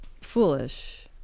foolish